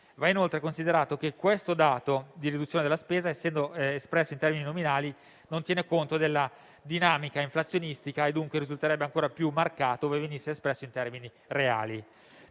Va inoltre considerato che questo dato di riduzione della spesa, essendo espresso in termini nominali, non tiene conto della dinamica inflazionistica e dunque risulterebbe ancora più marcato, ove venisse espresso in termini reali.